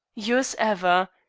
yours ever,